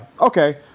Okay